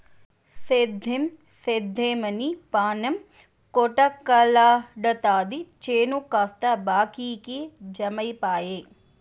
సేద్దెం సేద్దెమని పాణం కొటకలాడతాది చేను కాస్త బాకీకి జమైపాయె